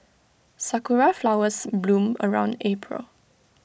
Sakura Flowers bloom around April